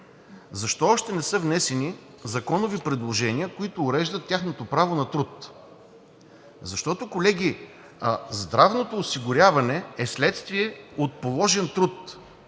Защо още не са внесени законови предложния, които уреждат тяхното право на труд? Защото, колеги, здравното осигуряване е следствие от положен труд